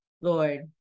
Lord